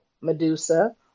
medusa